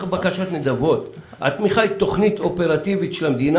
מה לעשות, הכותל עובד ככה גברים, נשים,